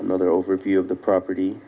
another overview of the property